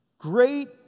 Great